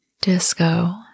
Disco